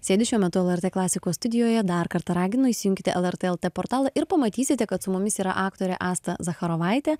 sėdi šiuo metu lrt klasikos studijoje dar kartą raginu įsijungte lrt lt portalą ir pamatysite kad su mumis yra aktorė asta zacharovaitė